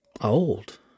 old